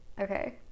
Okay